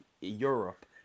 Europe